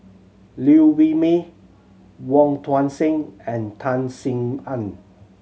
Liew Wee Mee Wong Tuang Seng and Tan Sin Aun